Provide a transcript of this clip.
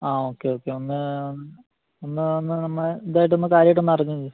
ആ okay okay ഒന്ന് ഒന്ന് ഒന്ന് നമ്മൾ ഇതായിട്ട് ഒന്ന് കാര്യായിട്ട്